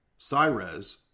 Cyrez